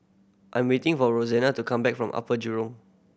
I'm waiting for to come back from Upper Jurong